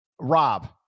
Rob